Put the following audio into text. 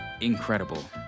incredible